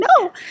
No